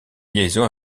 liaison